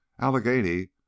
Allegheny